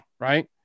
right